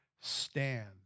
stand